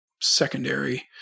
secondary